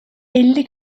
elli